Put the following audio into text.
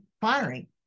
firing